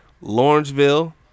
Lawrenceville